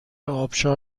آبشار